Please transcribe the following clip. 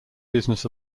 business